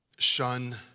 shun